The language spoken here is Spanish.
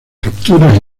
capturas